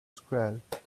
squad